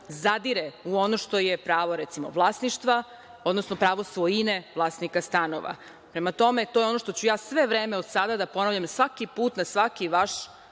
zadire u ono što je prava, recimo, vlasništva, odnosno pravo svojine vlasnika stanova. Prema tome, to je ono što ću ja sve vreme od sada da ponavljam, svaki put na svaki vaš